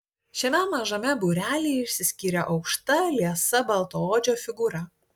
šiame mažame būrelyje išsiskyrė aukšta liesa baltaodžio figūra